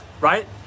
right